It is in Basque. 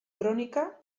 kronika